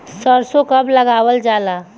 सरसो कब लगावल जाला?